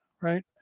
right